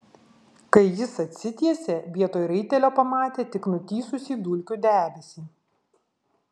kai jis atsitiesė vietoj raitelio pamatė tik nutįsusį dulkių debesį